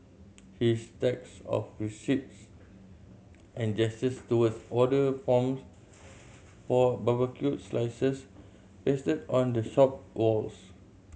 his stacks of receipts and gestures towards order forms for barbecued slices pasted on the shop walls